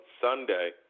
Sunday